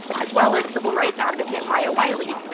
as well as civil rights advocate maya wiley.